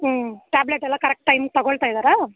ಹ್ಞೂ ಟ್ಯಾಬ್ಲೆಟ್ ಎಲ್ಲ correct time ತೊಗೊಳ್ತ ಇದ್ದಾರಾ